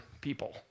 people